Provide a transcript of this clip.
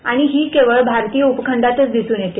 आणि ही केवळ भारतीय उपखंडात दिसून येते